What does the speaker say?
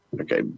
Okay